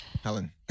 Helen